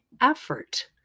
effort